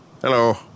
Hello